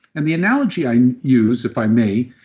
and the analogy i use if i may,